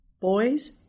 Boys